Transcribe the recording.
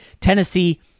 Tennessee